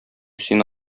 сине